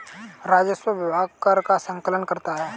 राजस्व विभाग कर का संकलन करता है